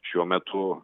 šiuo metu